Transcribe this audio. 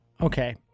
okay